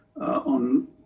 on